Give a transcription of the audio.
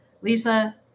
Lisa